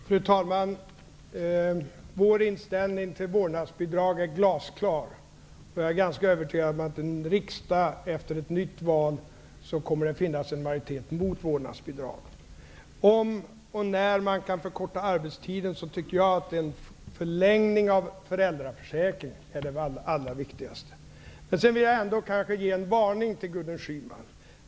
Fru talman! Vår inställning till vårdnadsbidrag är glasklar. Jag är ganska övertygad om att det i riksdagen efter ett nytt val kommer att finnas en majoritet mot vårdnadsbidrag. Beträffande frågan om och när man kan förkorta arbetstiden, tycker jag att en förlängning av föräldraförsäkringen är det allra viktigaste. Jag vill ändå ge en varning till Gudrun Schyman.